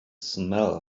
smell